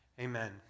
amen